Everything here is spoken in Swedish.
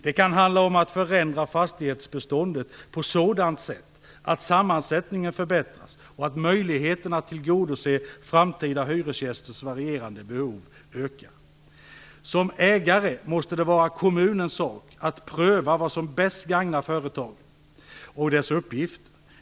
Det kan handla om att förändra fastighetsbeståndet på ett sådant sätt att sammansättningen förbättras och att möjligheterna att tillgodose framtida hyresgästers varierande behov ökar. Som ägare måste det vara kommunens sak att pröva vad som bäst gagnar företaget och dess uppgifter.